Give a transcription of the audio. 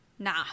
nah